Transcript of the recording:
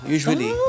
Usually